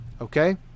okay